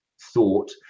thought